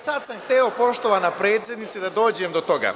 Sada sam hteo, poštovana predsednice, da dođem do toga.